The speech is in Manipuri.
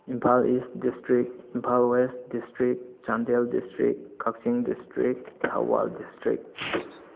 Imphal east district Imphal west district Chandel district Kakching district Thoubal district